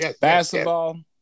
Basketball